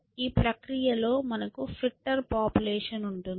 ఈ ప్రక్రియలో మనకు ఫిట్టర్ పాపులేషన్ ఉంటుంది